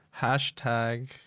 Hashtag